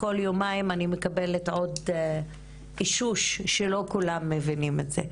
כל יומיים אני מקבלת עוד אישוש שלא כולם מבינים את זה,